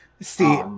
See